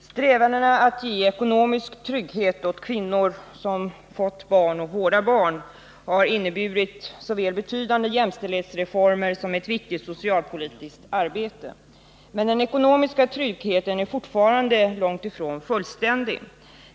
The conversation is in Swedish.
Strävandena att ge ekonomisk trygghet åt kvinnor som fått barn och vårdar barn har inneburit såväl betydande jämställdhetsreformer som ett viktigt socialpolitiskt arbete. Men den ekonomiska tryggheten är fortfarande långt ifrån fullständig.